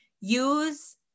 use